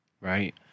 right